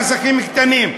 לעסקים קטנים.